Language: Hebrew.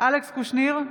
אלכס קושניר,